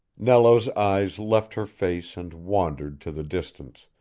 nello's eyes left her face and wandered to the distance,